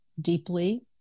deeply